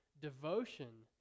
devotion